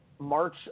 March